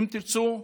אם תרצו,